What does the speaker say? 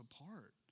apart